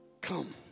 come